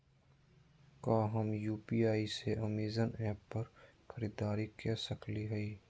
का हम यू.पी.आई से अमेजन ऐप पर खरीदारी के सकली हई?